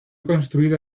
construida